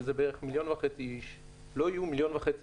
שזה בערך מיליון וחצי איש לא יהיו מיליון וחצי